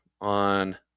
on